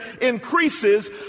increases